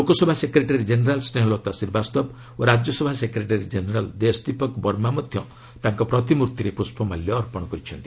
Lok Sabha secretary general Snehlata Srivastava ଓ Rajya Sabha secretary general Desh Deepak Verma ମଧ୍ୟ ତାଙ୍କ ପ୍ରତିମ୍ଭର୍ତ୍ତିରେ ପୁଷ୍ପମାଲ୍ୟ ଅର୍ପଣ କରିଛନ୍ତି